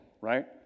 Right